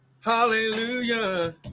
hallelujah